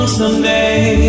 someday